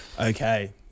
Okay